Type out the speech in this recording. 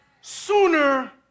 sooner